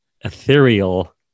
ethereal